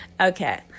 Okay